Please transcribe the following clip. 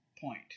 point